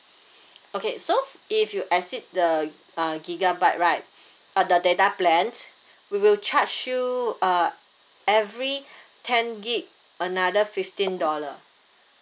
okay so if you exceed the uh gigabyte right ah the data plan we will charge you uh every ten gig another fifteen dollar